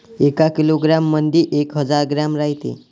एका किलोग्रॅम मंधी एक हजार ग्रॅम रायते